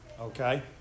Okay